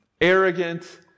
arrogant